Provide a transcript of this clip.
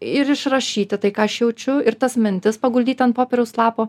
ir išrašyti tai ką aš jaučiu ir tas mintis paguldyti ant popieriaus lapo